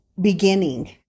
beginning